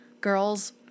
girls